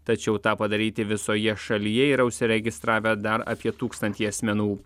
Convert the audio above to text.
tačiau tą padaryti visoje šalyje yra užsiregistravę dar apie tūkstantį asmenų